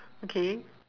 okay